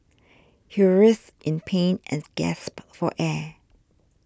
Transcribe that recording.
he writhed in pain and gasped for air